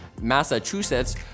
Massachusetts